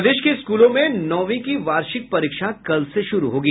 प्रदेश के स्कूलों में नौवीं की वार्षिक परीक्षा कल से शुरू होगी